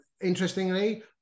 interestingly